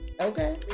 Okay